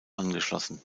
angeschlossen